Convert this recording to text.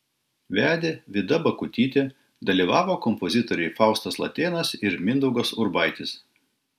vedė vida bakutytė dalyvavo kompozitoriai faustas latėnas ir mindaugas urbaitis